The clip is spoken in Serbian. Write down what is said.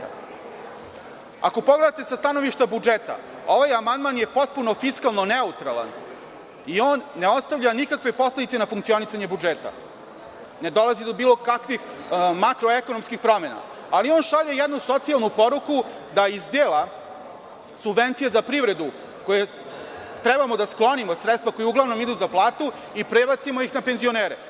Ako pogledate sa stanovišta budžeta, ovaj amandman je potpuno fiskalno neutralan i on ne ostavlja nikakve posledice na funkcionisanje budžeta, ne dolazi do bilo kakvih makroekonomskih promena, ali on šalje jednu socijalnu poruku da iz dela subvencija za privredu, koje trebamo da sklonimo, sredstva koja uglavnom idu za plate i prebacimo ih na penzionere.